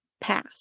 pass